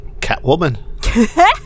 Catwoman